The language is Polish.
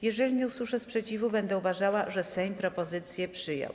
Jeżeli nie usłyszę sprzeciwu, będę uważała, że Sejm propozycję przyjął.